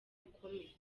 ikomeye